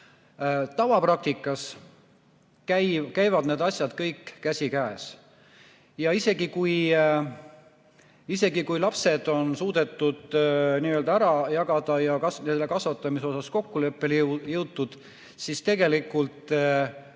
Tavapraktikas käivad need asjad käsikäes. Ja isegi kui lapsed on suudetud n‑ö ära jagada ja nende kasvatamise osas kokkuleppele jõutud, siis tegelikult